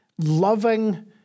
loving